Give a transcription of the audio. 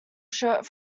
shirt